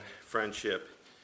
friendship